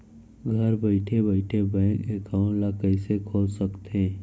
घर बइठे बइठे बैंक एकाउंट ल कइसे खोल सकथे?